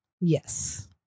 Yes